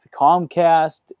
Comcast